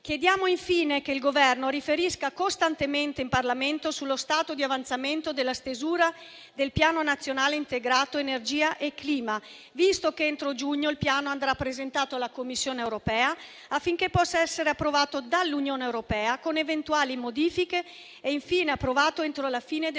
Chiediamo infine che il Governo riferisca costantemente in Parlamento sullo stato di avanzamento della stesura del Piano nazionale integrato energia e clima, visto che entro giugno andrà presentato alla Commissione europea, affinché possa essere approvato dall'Unione europea con eventuali modifiche e infine approvato entro la fine del